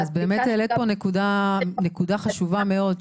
אז באמת העלית פה נקודה חשובה מאוד,